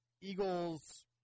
Eagles